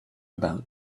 about